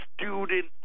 student